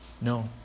no